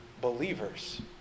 believers